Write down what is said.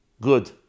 good